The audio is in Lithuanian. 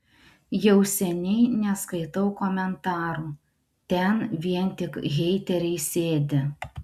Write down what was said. jau seniai neskaitau komentarų ten vien tik heiteriai sėdi